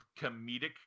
comedic